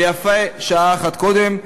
ויפה שעה אחת קודם.